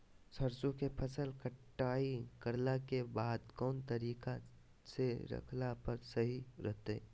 सरसों के फसल कटाई करला के बाद कौन तरीका से रखला पर सही रहतय?